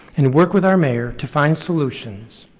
and work with our mayor to find solutions.